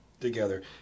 together